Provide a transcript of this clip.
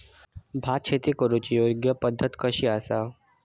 भात शेती करुची योग्य पद्धत कशी आसा?